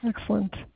Excellent